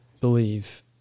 believe